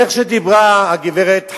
איך שדיברה הגברת,